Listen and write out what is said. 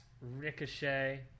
Ricochet